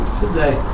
today